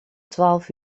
twaalf